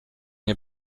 nie